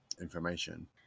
Information